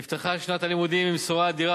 נפתחה שנת הלימודים עם בשורה אדירה,